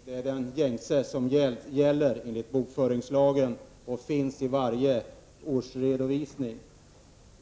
Herr talman! Till Paul Lestander vill jag först säga att terminologin är den gängse enligt bokföringslagen. Den finns i alla årsredovisningar,